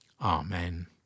Amen